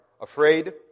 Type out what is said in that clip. afraid